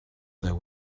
there